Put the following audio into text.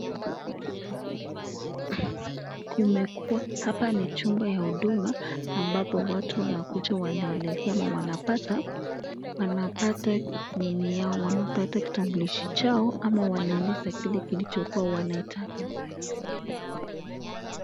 Kumekuwa hapa ni chumba ya huduma ambapo watu wanakuja wanaelekea ama wanapata ninii yao, wanapata kitambulisho chao ama wanaeleza kile kilichokuwa wanaitaka.